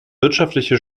wirtschaftliche